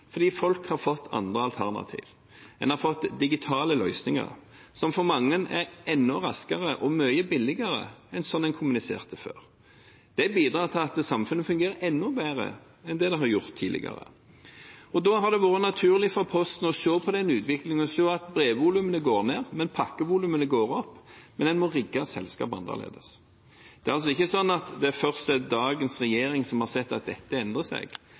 fordi folk har fått andre alternativ. En har fått digitale løsninger som for mange er enda raskere og mye billigere enn slik en kommuniserte før. Det bidrar til at samfunnet fungerer enda bedre enn det det har gjort tidligere. Da har det vært naturlig for Posten å se på denne utviklingen, at brevvolumene går ned, men pakkevolumene går opp, slik at en må rigge selskapet annerledes. Det er altså ikke sånn at det først er dagens regjering som har sett at dette endrer seg.